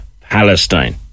Palestine